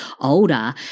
older